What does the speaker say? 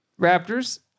Raptors